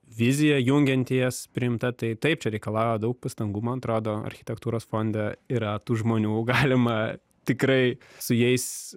vizija jungianti jas priimta tai taip čia reikalauja daug pastangų man atrodo architektūros fonde yra tų žmonių galima tikrai su jais